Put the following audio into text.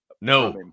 No